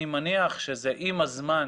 אני מניח שעם הזמן